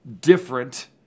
different